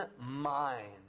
mind